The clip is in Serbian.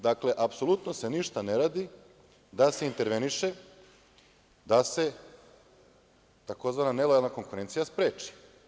Dakle, apsolutno se ništa ne radi da se interveniše da se tzv. nelojalna konkurencija spreči.